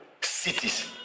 cities